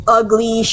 ugly